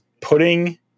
putting